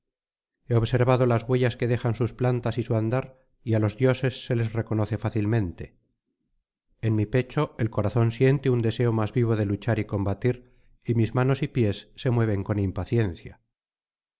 he observado las huellas que dejan sus plantas y su andar y á los dioses se les reconoce fácilmente en mi pecho el corazón siente un deseo más vivo de luchar y combatir y mis manos y pies se mueven con impaciencia